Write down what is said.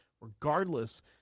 regardless